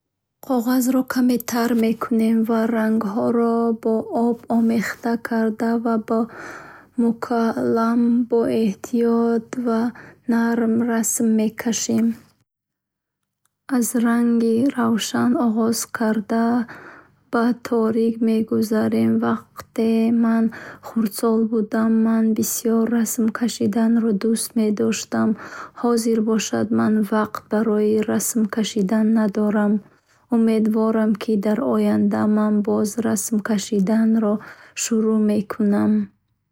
Қоғазро каме тар мекунем, ва рангҳоро бо об омехта карда ва бо кисточка боэҳтиёт ва нарм расм мекашем. Аз рангҳои равшан оғоз карда, ба торик гузаред вакте ман хурдсол будам ман бисёр расм кашиданро дуст медоштам, ҳозир бошад ман вакт барои расм каши надорам. Умедворам ки дар оянда ман боз расм кашиданро шуру мекунам.